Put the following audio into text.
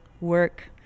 work